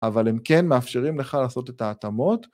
אבל הם כן מאפשרים לך לעשות את ההתאמות.